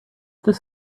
this